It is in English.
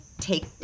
take